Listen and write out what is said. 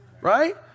right